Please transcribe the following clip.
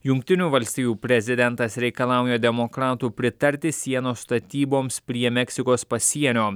jungtinių valstijų prezidentas reikalauja demokratų pritarti sienos statyboms prie meksikos pasienio